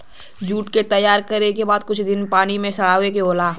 jute क तैयार करे बदे कुछ दिन पानी में सड़ावे के होला